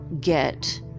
get